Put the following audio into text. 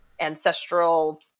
ancestral